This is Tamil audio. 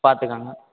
பார்த்துக்கங்க